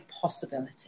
possibility